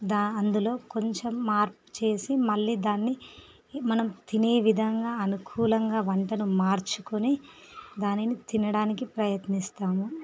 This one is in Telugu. దా అందులో కొంచెం మార్పు చేసి మళ్ళీ దాన్ని మనం తినే విధంగా అనుకూలంగా వంటలు మార్చుకొని దానిని తినడానికి ప్రయత్నిస్తాం